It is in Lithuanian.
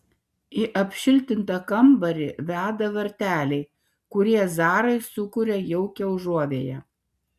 į apšiltintą kambarį veda varteliai kurie zarai sukuria jaukią užuovėją